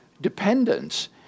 dependence